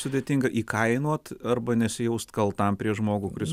sudėtinga įkainot arba nesijaust kaltam prieš žmogų kuris